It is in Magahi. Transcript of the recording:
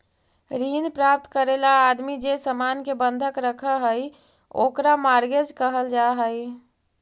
ऋण प्राप्त करे ला आदमी जे सामान के बंधक रखऽ हई ओकरा मॉर्गेज कहल जा हई